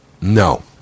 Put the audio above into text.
No